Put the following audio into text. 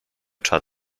czar